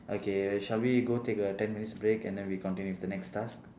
okay shall we go take a ten minutes break and then we continue with the next task